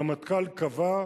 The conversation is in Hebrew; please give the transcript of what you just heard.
הרמטכ"ל קבע,